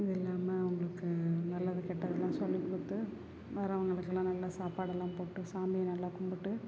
இதில்லாமல் அவர்களுக்கு நல்லது கெட்டதெல்லாம் சொல்லிக் கொடுத்து வர்றவர்களுக்கெல்லாம் நல்லா சாப்பாடெல்லாம் போட்டு சாமியை நல்லா கும்பிட்டு